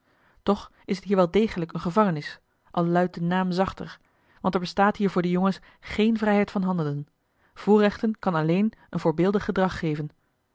toch is het hier wel degelijk eene gevangenis al luidt de naam zachter want er bestaat hier voor de jongens geen vrijheid van handelen voorrechten kan alleen een voorbeeldig gedrag geven